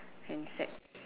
handset